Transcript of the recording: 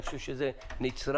אני חושב שזה נצרך.